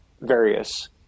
various